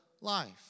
life